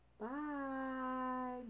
bye